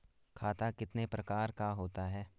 खाता कितने प्रकार का होता है?